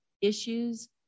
issues